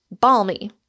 Balmy